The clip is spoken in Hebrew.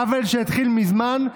זה עוול שהתחיל מזמן,